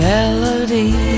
Melody